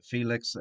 Felix